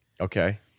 Okay